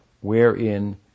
wherein